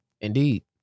Indeed